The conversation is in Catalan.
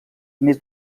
més